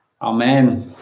Amen